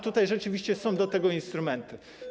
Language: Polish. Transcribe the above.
Tutaj rzeczywiście są do tego instrumenty.